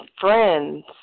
friends